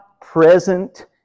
present